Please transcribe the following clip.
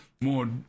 more